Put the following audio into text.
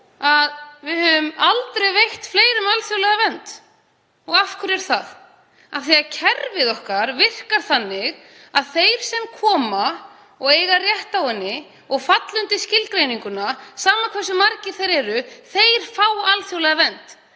við höfum aldrei veitt fleirum alþjóðlega vernd. Og af hverju er það? Af því að kerfið virkar þannig að þeir sem koma og eiga rétt á henni og falla undir skilgreininguna, sama hversu margir þeir eru, fá alþjóðlega vernd.